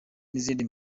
n’izindi